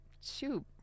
shoot